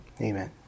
amen